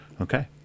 Okay